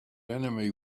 enemy